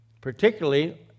particularly